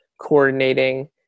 coordinating